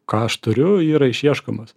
ką aš turiu yra išieškomos